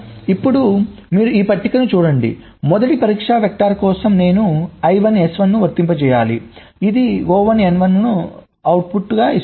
ఇప్పుడు మీరు ఈ పట్టికను చూడండి మొదటి పరీక్ష వెక్టర్ కోసం నేను I1 S1 ను వర్తింపజేయాలి ఇది O1 N1 ను అవుట్పుట్ ఇస్తుంది